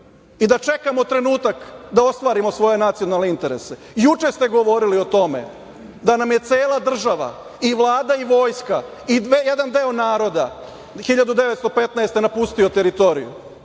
i da čekamo trenutak da ostvarimo svoje nacionalne interese. Juče ste govorili o tome da nam je cela država i Vlada i vojska i jedan deo naroda 1915. godine napustilo teritoriju.